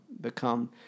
become